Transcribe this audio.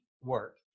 work